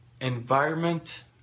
environment